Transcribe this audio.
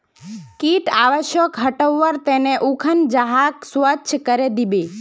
कीट आवासक हटव्वार त न उखन जगहक स्वच्छ करे दीबा